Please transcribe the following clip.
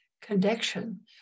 connection